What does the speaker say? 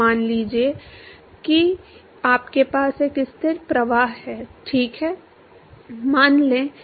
मान लीजिए कि आपके पास एक स्थिर प्रवाह ठीक है